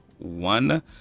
one